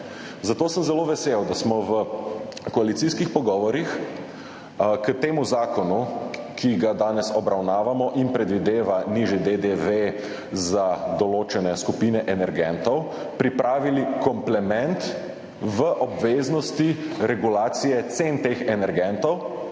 Zato sem zelo vesel, da smo v koalicijskih pogovorih k temu zakonu, ki ga danes obravnavamo in predvideva nižji DDV za določene skupine energentov, pripravili komplement obveznosti regulacije cen teh energentov